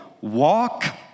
walk